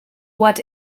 what